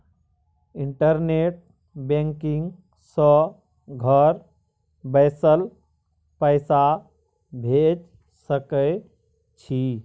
internet banking सँ घर बैसल पैसा भेज सकय छी